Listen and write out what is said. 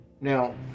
Now